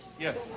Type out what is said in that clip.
yes